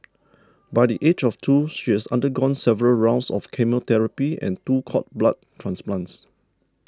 by the age of two she has undergone several rounds of chemotherapy and two cord blood transplants